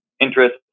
interest